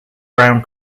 brown